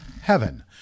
Heaven